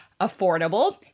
Affordable